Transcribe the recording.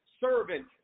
servant